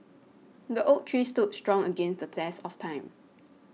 the oak tree stood strong against the test of time